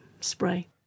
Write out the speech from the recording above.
Spray